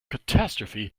catastrophe